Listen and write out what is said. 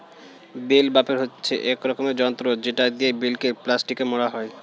bell wrapper হচ্ছে এক রকমের যন্ত্র যেটা দিয়ে বেলকে প্লাস্টিকে মোড়া হয়